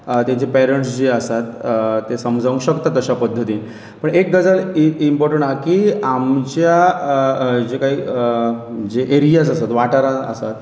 तेंचे पेरंट्स जे आसात ते समजावंक शकता तश्या पद्दतीन पूण एक गजाल इम्पोर्टंट आहा की आमच्या जे कांय जे एरियास आसात वाटारान आसात